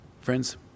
Friends